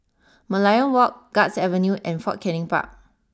Merlion walk Guards Avenue and Fort Canning Park